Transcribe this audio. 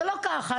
זה לא עובד ככה,